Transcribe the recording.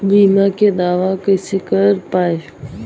बीमा के दावा कईसे कर पाएम?